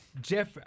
Jeff